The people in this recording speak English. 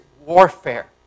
warfare